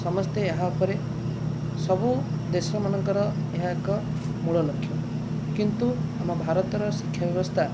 ସମସ୍ତେ ଏହା ଉପରେ ସବୁ ଦେଶମାନଙ୍କର ଏହା ଏକ ମୂଳ ଲକ୍ଷ୍ୟ କିନ୍ତୁ ଆମ ଭାରତର ଶିକ୍ଷା ବ୍ୟବସ୍ଥା